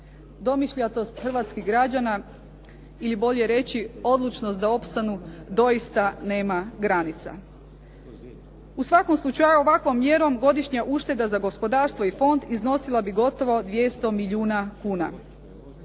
Domišljatost hrvatskih građana ili bolje reći odlučnost da opstanu doista nema granica. U svakom slučaju, ovakvom mjerom godišnja ušteda za gospodarstvo i fond iznosila bi gotovo 200 milijuna kuna.